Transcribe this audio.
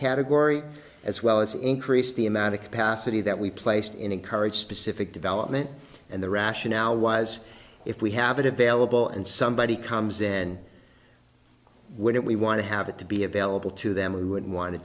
category as well as increase the amount of capacity that we placed in encourage specific development and the rationale was if we have it available and somebody comes in with it we want to have it to be available to them we would want to